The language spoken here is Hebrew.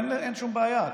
אין שום בעיה,